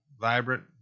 vibrant